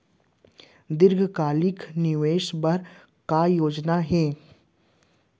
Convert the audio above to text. दीर्घकालिक निवेश बर का योजना हे?